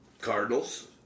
cardinals